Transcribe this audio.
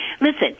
Listen